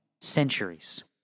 centuries